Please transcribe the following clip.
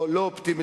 שחוקקה.